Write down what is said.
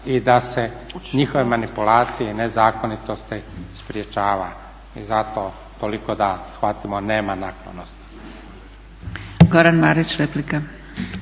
i da se njihove manipulacije i nezakonitosti sprječava i zato toliko da shvatimo nema naklonosti.